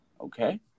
okay